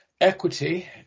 equity